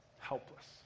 helpless